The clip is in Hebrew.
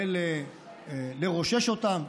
ולרושש אותם?